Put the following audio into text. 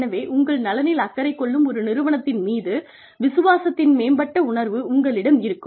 எனவே உங்கள் நலனில் அக்கறை கொள்ளும் ஒரு நிறுவனத்தின் மீது விசுவாசத்தின் மேம்பட்ட உணர்வு உங்களிடம் இருக்கும்